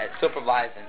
supervising